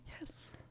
Yes